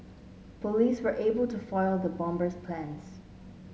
police were able to foil the bomber's plans